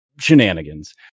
shenanigans